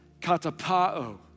katapao